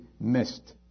missed